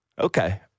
Okay